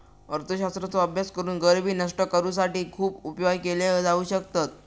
अर्थशास्त्राचो अभ्यास करून गरिबी नष्ट करुसाठी खुप उपाय केले जाउ शकतत